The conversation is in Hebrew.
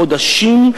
חודשים,